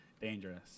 dangerous